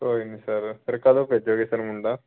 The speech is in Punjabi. ਕੋਈ ਨਹੀਂ ਸਰ ਫਿਰ ਕਦੋਂ ਭੇਜੋਗੇ ਸਰ ਮੁੰਡਾ